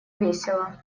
весело